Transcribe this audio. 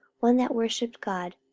one that worshipped god,